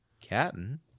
captain